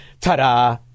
ta-da